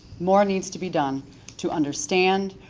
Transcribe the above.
more needs to be done to understand,